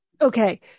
Okay